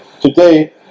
Today